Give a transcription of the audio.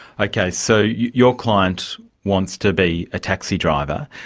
okay, so your client wants to be a taxi driver.